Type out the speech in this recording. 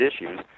issues